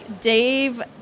Dave